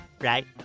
Right